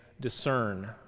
discern